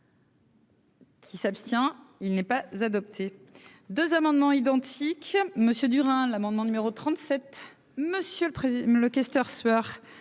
Qui s'abstient, il n'est pas adopté 2 amendements identiques monsieur Durin l'amendement numéro 37, monsieur le président,